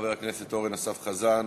חבר הכנסת אורן אסף חזן,